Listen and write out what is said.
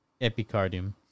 epicardium